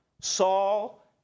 Saul